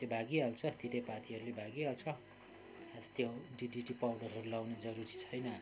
त्यो भागिहाल्छ तितेपातीहरूले भागिहाल्छ खास त्यो डिडिटी पाउडरहरू लगाउनु जरुरी छैन